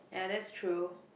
ya that's true